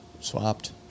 Swapped